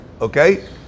okay